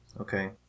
Okay